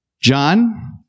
John